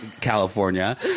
California